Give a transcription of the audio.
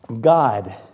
God